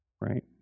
Right